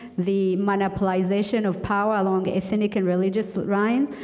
the monopolization of power along ethnic and religious lines.